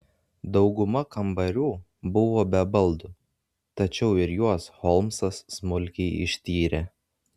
dauguma kambarių buvo be baldų tačiau ir juos holmsas smulkiai ištyrė